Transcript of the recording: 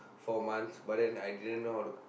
four months but then I didn't know how to